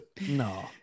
no